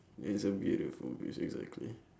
it's a beautiful beast exactly